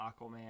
Aquaman